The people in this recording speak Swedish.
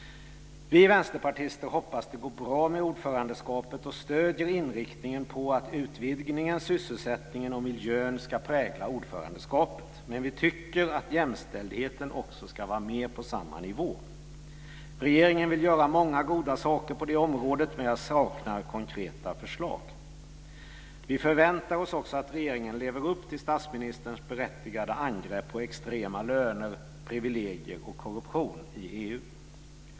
Vi vänsterpartister hoppas att det går bra med ordförandeskapet och stöder inriktningen på att utvidgningen, sysselsättningen och miljön ska prägla ordförandeskapet. Vi tycker också att jämställdheten ska vara med på samma nivå. Regeringen vill göra många goda saker på det området, men jag saknar konkreta förslag. Vi förväntar oss också att regeringen lever upp till statsministerns berättigade angrepp på extrema löner, privilegier och korruption i EU.